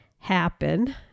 Happen